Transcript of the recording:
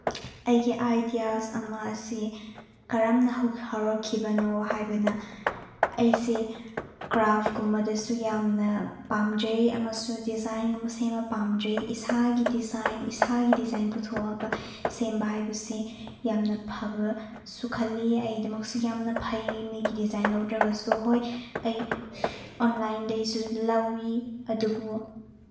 ꯑꯩꯒꯤ ꯑꯥꯏꯗꯤꯌꯥꯁ ꯑꯃ ꯑꯁꯤ ꯀꯔꯝꯅ ꯍꯧꯔꯛꯈꯤꯕꯅꯣ ꯍꯥꯏꯕꯅ ꯑꯩꯁꯦ ꯀ꯭ꯔꯥꯐꯀꯨꯝꯕꯗꯁꯨ ꯌꯥꯝꯅ ꯄꯥꯝꯖꯩ ꯑꯃꯁꯨ ꯗꯤꯖꯥꯏꯟꯒꯨꯝꯕ ꯁꯦꯝꯕ ꯄꯥꯝꯖꯩ ꯏꯁꯥꯒꯤ ꯗꯤꯖꯥꯏꯟ ꯏꯁꯥꯒꯤ ꯗꯤꯖꯥꯏꯟ ꯄꯨꯊꯣꯛꯑꯒ ꯁꯦꯝꯕ ꯍꯥꯏꯕꯁꯤ ꯌꯥꯝꯅ ꯐꯕꯁꯨ ꯈꯜꯂꯤ ꯑꯩꯒꯤꯗꯃꯛꯁꯨ ꯌꯥꯝꯅ ꯐꯩ ꯃꯤꯒꯤ ꯗꯤꯖꯥꯏꯟ ꯂꯧꯗ꯭ꯔꯒꯁꯨ ꯍꯣꯏ ꯑꯩ ꯑꯣꯟꯂꯥꯏꯟꯗꯒꯤꯁꯨ ꯂꯧꯋꯤ ꯑꯗꯨꯕꯨ